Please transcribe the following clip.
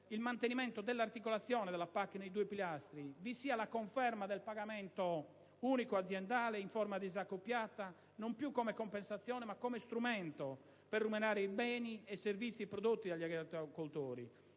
il mantenimento dell'articolazione della PAC nei due pilastri, vi sia la conferma del pagamento unico aziendale (PUA) in forma disaccoppiata, non più come compensazione, ma come strumento per remunerare i beni e servizi prodotti dagli agricoltori,